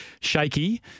shaky